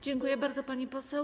Dziękuję bardzo, pani poseł.